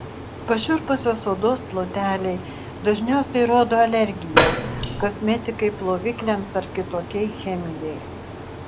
pašiurpusios odos ploteliai dažniausiai rodo alergiją kosmetikai plovikliams ar kitokiai chemijai